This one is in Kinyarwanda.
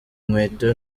inkweto